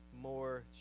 more